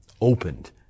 opened